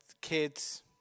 kids